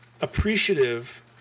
appreciative